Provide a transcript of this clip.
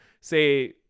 say